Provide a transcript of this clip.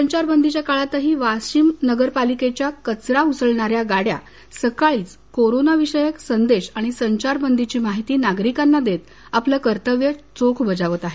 संचार बदीच्या काळातही वाशिम नगर पालिकेच्या कचरा उचलणाऱ्या गाड्या सकाळीच कोरोना विषयक संदेश आणि संचार बंदीची माहिती नागरिकांना देत आपलं कर्तव्य चोख बजावत आहेत